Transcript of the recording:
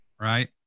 right